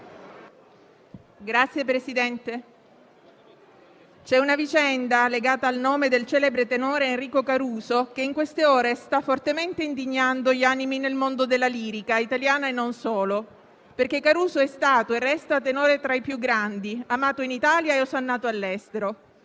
Signor Presidente, c'è una vicenda legata al nome del celebre tenore Enrico Caruso che in queste ore sta fortemente indignando gli animi nel mondo della lirica italiana e non solo, perché Caruso è stato e resta tenore tra i più grandi, amato in Italia e osannato all'estero.